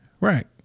Right